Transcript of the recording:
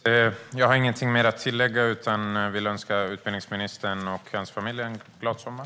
Herr talman! Jag har ingenting mer att tillägga. Jag önskar utbildningsministern och hans familj en glad sommar.